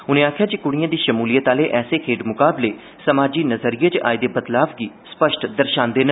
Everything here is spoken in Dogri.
उनें आखेआ जे कुड़िएं दी शमूलियत आह्ले ऐसे खेड्ढ मुकाबले समाजी नज़रिये च आए दे बदलाव गी स्पष्ट दर्शादे न